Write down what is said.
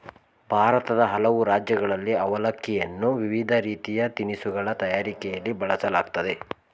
ಭಾರತದ ಹಲವು ರಾಜ್ಯಗಳಲ್ಲಿ ಅವಲಕ್ಕಿಯನ್ನು ವಿವಿಧ ರೀತಿಯ ತಿನಿಸುಗಳ ತಯಾರಿಕೆಯಲ್ಲಿ ಬಳಸಲಾಗ್ತದೆ